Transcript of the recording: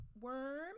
worm